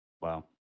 Wow